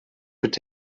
could